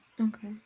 okay